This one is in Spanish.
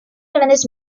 grandes